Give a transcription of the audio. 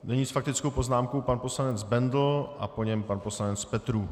Nyní s faktickou poznámkou pan poslanec Bendl, po něm pan poslanec Petrů.